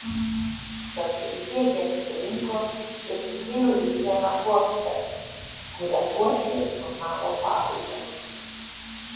tad jie jas surinko ir sudėjo į vieną puokštę kuria puošė žurnalo pabaigą